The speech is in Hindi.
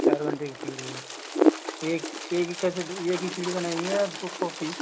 चार घंटे की सीडी है एक एक ही कैसेट एक ही सीडी बनाएँगे या दो कॉपी